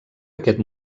aquest